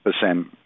percent